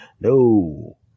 No